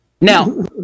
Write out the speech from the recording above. Now